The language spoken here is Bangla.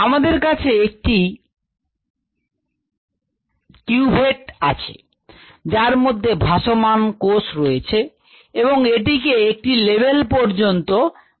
আমাদের কাছে একটি কিউভেট রয়েছে যার মধ্যে ভাসমান কোষ রয়েছে এবং এটিকে একটি লেভেল পর্যন্ত ভর্তি করতে হবে